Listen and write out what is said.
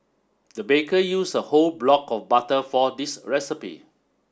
the baker use a whole block of butter for this recipe